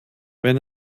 wenn